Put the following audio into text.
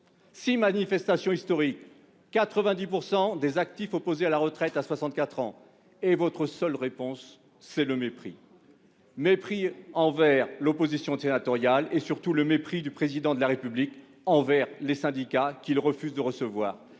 manifestations historiques, 90 % des actifs opposés à la retraite à 64 ans, et votre seule réponse, c'est le mépris. Mépris envers l'opposition sénatoriale. Mépris, surtout, du Président de la République envers les syndicats, qu'il refuse de recevoir.